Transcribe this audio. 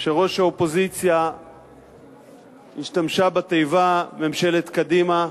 שראש האופוזיציה השתמשה בתיבה ממשלת קדימה,